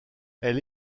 elle